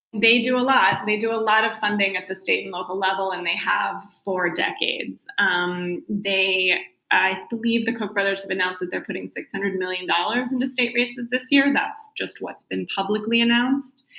they do a lot, they do a lot of funding at the state and local level and they have for decades. um i believe the koch brothers have announced that they're putting six hundred million dollars into state races this year that's just what's been publicly announced.